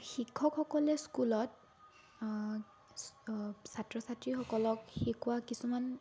শিক্ষকসকলে স্কুলত ছাত্ৰ ছাত্ৰীসকলক শিকোৱা কিছুমান